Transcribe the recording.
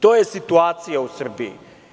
To je situacija u Srbiji.